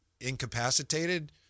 incapacitated